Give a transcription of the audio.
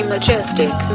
Majestic